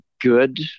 good